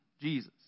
Jesus